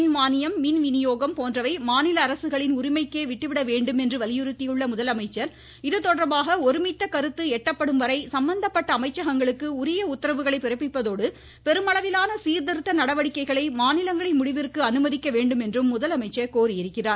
மின் மானியம் மின்விநியோகம் போன்றவை மாநில அரசுகளின் உரிமைக்கே விட்டுவிட வேண்டும் என்று வலியுறுத்திய முதலமைச்சர் இதுதொடர்பாக ஒருமித்த கருத்து எட்டப்படும் வரை சம்மந்தப்பட்ட அமைச்சகங்களுக்கு உரிய உத்தரவுகளை பிறப்பிப்பதோடு பெருமளவிலான சீர்திருத்த நடவடிக்கைகளை மாநிலங்களின் முடிவிற்கு அனுமதிக்க வேண்டும் என்றும் முதலமைச்சர் கோரியிருக்கிறார்